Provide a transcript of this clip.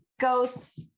Ghosts